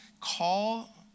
call